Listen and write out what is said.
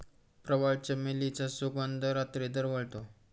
प्रवाळ, चमेलीचा सुगंध रात्री दरवळतो